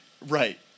Right